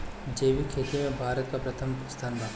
जैविक खेती में भारत का प्रथम स्थान बा